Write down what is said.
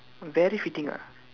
very fitting ah